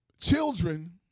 children